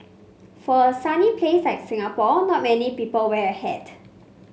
for a sunny place like Singapore not many people wear a hat